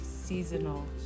Seasonal